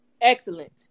Excellent